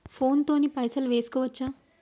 Phone తోని పైసలు వేసుకోవచ్చా?